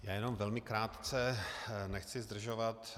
Já jenom velmi krátce, nechci zdržovat.